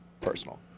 Personal